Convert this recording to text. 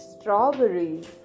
strawberries